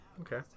Okay